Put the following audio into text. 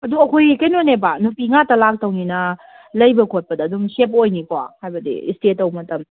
ꯑꯗꯨ ꯑꯩꯈꯣꯏ ꯀꯩꯅꯣꯅꯦꯕ ꯅꯨꯄꯤ ꯉꯥꯛꯇ ꯂꯥꯛꯇꯧꯅꯤꯅ ꯂꯩꯕ ꯈꯣꯠꯄꯗ ꯑꯗꯨꯝ ꯁꯦꯞ ꯑꯣꯏꯅꯤꯀꯣ ꯍꯥꯏꯕꯗꯤ ꯏꯁꯇꯦ ꯇꯧ ꯃꯇꯝ